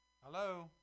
Hello